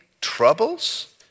troubles